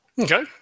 Okay